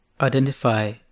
identify